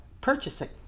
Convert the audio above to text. purchasing